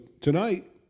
tonight